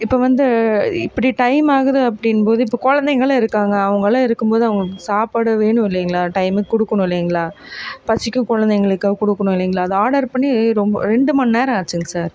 இப்போ வந்து இப்படி டைம் ஆகுது அப்படினும் போது இப்போ குழந்தைங்கல்லாம் இருக்காங்க அவங்கெல்லாம் இருக்கும் போது அவங்களுக்கு சாப்பாடு வேணும் இல்லைங்களா டைமுக்கு கொடுக்குணும் இல்லைங்களா பசிக்கும் குழந்தைங்களுக்கு கொடுக்குணும் இல்லைங்களா அதை ஆடர் பண்ணி ரொம்ப ரெண்டு மணி நேரம் ஆச்சுங்க சார்